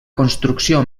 construcció